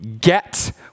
get